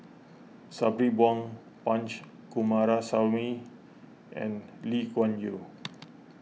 Sabri Buang Punch Coomaraswamy and Lee Kuan Yew